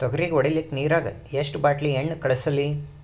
ತೊಗರಿಗ ಹೊಡಿಲಿಕ್ಕಿ ನಿರಾಗ ಎಷ್ಟ ಬಾಟಲಿ ಎಣ್ಣಿ ಕಳಸಲಿ?